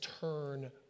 turn